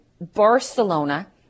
Barcelona